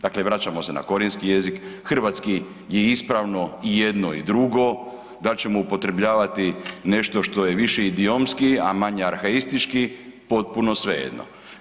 Dakle, vraćamo se na korijenski jezik, hrvatski je ispravno i jedno i drugo, da ćemo upotrebljavati nešto što je više idiomski a manje arhaistički, potpuno svejedno.